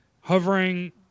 hovering